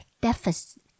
deficit